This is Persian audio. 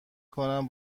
کنم